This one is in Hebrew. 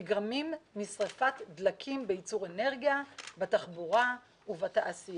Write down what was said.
נגרמים משריפת דלקים בייצור אנרגיה בתחבורה ובתעשייה.